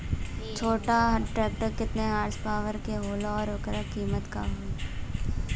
छोटा ट्रेक्टर केतने हॉर्सपावर के होला और ओकर कीमत का होई?